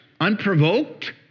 unprovoked